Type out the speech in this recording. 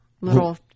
little